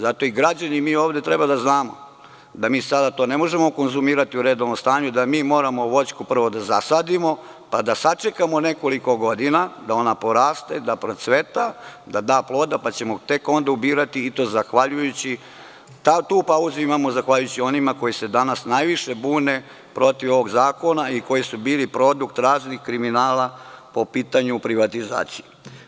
Zato i građani i mi ovde treba da znamo da mi sada to ne možemo konzumirati u redovnom stanju, da moramo voćku prvo da zasadimo, pa da sačekamo nekoliko godina da ona poraste, da procveta, da da ploda, pa ćemo tek onda ubirati i tu pauzu imamo zahvaljujući onima koji se danas najviše bune protiv ovog zakona i koji su bili produkt raznih kriminala po pitanju privatizacije.